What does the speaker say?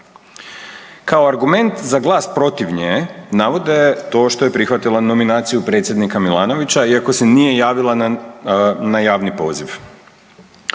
Kao argument za glas protiv nje navode to što je prihvatila nominaciju predsjednika Milanovića, iako se nije javila na javni poziv.